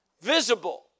Visible